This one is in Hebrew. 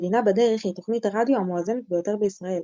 "מדינה בדרך" היא תוכנית הרדיו המואזנת ביותר בישראל.